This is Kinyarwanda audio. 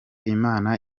imana